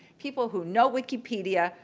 people who know wikipedia,